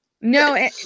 No